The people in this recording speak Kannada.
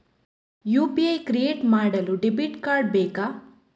ಯು.ಪಿ.ಐ ಕ್ರಿಯೇಟ್ ಮಾಡಲು ಡೆಬಿಟ್ ಕಾರ್ಡ್ ಬೇಕಾ?